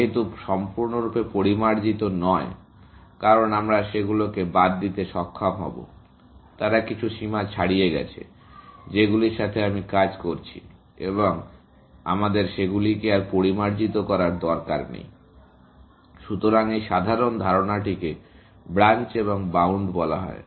যেগুলি সম্পূর্ণরূপে পরিমার্জিত নয় কারণ আমরা সেগুলিকে বাদ দিতে সক্ষম হবো তারা কিছু সীমা ছাড়িয়ে গেছে যেগুলির সাথে আমরা কাজ করছি এবং আমাদের সেগুলিকে আর পরিমার্জিত করার দরকার নেই । সুতরাং এই সাধারণ ধারণাটিকে ব্রাঞ্চ এবং বাউন্ড বলা হয়